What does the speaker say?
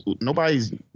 nobody's